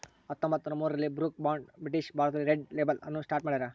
ಹತ್ತೊಂಬತ್ತುನೂರ ಮೂರರಲ್ಲಿ Brooke Bond British ಭಾರತದಲ್ಲಿ ರೆಡ್ ಲೇಬಲ್ ಅನ್ನು ಸ್ಟಾರ್ಟ್ ಮಾಡ್ಯಾರ